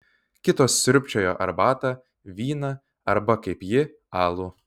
kitos sriubčiojo arbatą vyną arba kaip ji alų